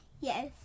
Yes